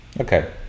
Okay